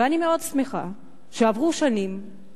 אני מאוד שמחה שעברו שנים,